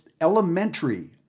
elementary